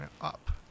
up